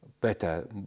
better